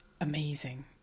amazing